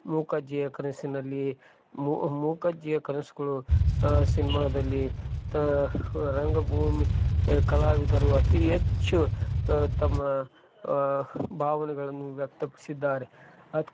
ಮೂಕಜ್ಜಿಯ ಕನಸಿನಲ್ಲಿ ಮೂಕಜ್ಜಿಯ ಕನಸುಗಳು ಸಿನ್ಮಾದಲ್ಲಿ ತಾ ರಂಗಭೂಮಿಯ ಕಲಾವಿದರು ಅತಿ ಹೆಚ್ಚು ತಮ್ಮ ಭಾವನೆಗಳನ್ನು ವ್ಯಕ್ತಪಡಿಸಿದ್ದಾರೆ ಅದು